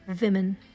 women